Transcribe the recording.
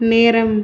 நேரம்